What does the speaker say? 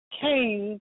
Cain